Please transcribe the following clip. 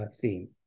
theme